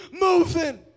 moving